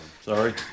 sorry